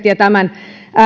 ja tämän